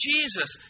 Jesus